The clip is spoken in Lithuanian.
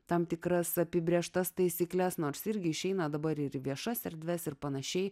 tam tikras apibrėžtas taisykles nors irgi išeina dabar ir viešas erdves ir pan